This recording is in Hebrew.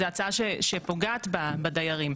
זו הצעה שפוגעת בדיירים.